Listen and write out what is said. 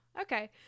Okay